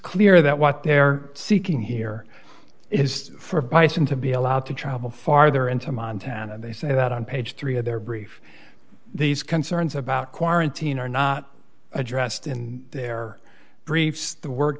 that what they're seeking here is for bison to be allowed to travel farther into montana they say that on page three of their brief these concerns about quarantine are not addressed in their briefs the word